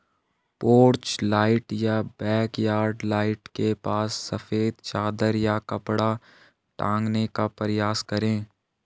porch light या backyard light के पास सफेद चादर या कपड़ा टांगने का प्रयास करें